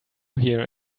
here